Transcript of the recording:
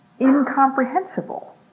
incomprehensible